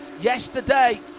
yesterday